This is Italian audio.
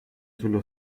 sullo